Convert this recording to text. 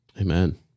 Amen